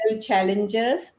challenges